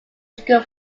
school